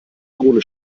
kohle